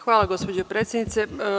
Hvala, gospođo predsednice.